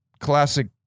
classic